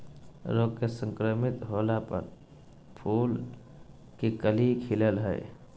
रोग से संक्रमित होला पर फूल के कली खिलई हई